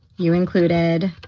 you included.